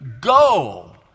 go